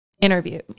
interview